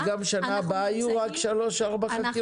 אז גם שנה הבאה יהיו רק שלוש-ארבע חקירות?